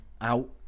out